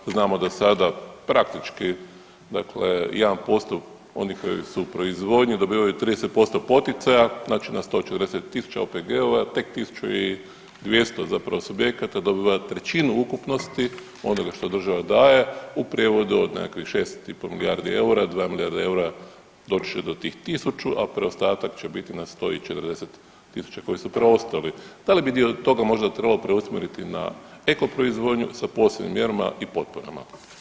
Znamo da sada praktički dakle 1% onih su u proizvodnju dobivaju 30% poticaja, znači na 140.000 OPG-ova tek 1.200 zapravo subjekata dobiva trećinu ukupnosti onoga što država daje, u prijevodu od nekakvih 6,5 milijardi eura 2,5 milijarde eura doći će do tih 1.000, a preostatak će biti na 140.000 koji su preostali, da li bi dio toga možda trebalo preusmjeriti na eko proizvodnju sa posebnim mjerama i potporama?